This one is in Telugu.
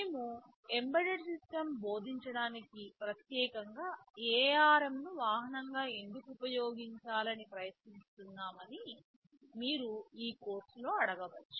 మేము ఎంబెడెడ్ సిస్టమ్స్ బోధించడానికి ప్రత్యేకంగా ARM ను వాహనంగా ఎందుకు ఉపయోగించాలని ప్రయత్నిస్తున్నామని మీరు ఈ కోర్సులో అడగవచ్చు